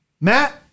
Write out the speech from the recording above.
Matt